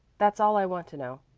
that's all i want to know.